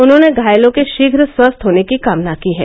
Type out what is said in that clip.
उन्होंने घायलों के शीघ्र स्वस्थ होने की कामना की है